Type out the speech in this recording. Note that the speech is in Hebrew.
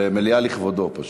זה מליאה לכבודו, פשוט.